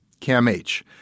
CAMH